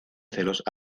celos